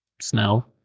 Snell